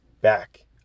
back